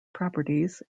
properties